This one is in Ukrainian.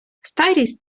старість